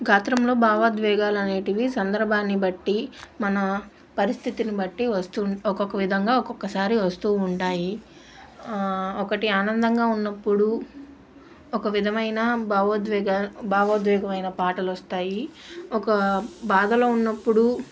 గాత్రంలో భావొద్వేగాలనేటివి సందర్భాన్ని బట్టి మన పరిస్థితిని బట్టి వస్తూ ఒక్కొక్క విధంగా ఒక్కొక్కసారి వస్తూ ఉంటాయి ఒకటి ఆనందంగా ఉన్నప్పుడు ఒక విధమైన భావోద్వేగ భావోద్వేగమైన పాటలొస్తాయి ఒక బాధలో ఉన్నప్పుడు